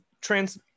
trans